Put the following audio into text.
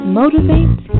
motivate